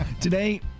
Today